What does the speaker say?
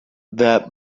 that